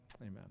amen